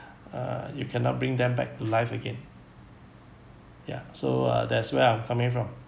uh you cannot bring them back to life again ya so uh that's where I'm coming from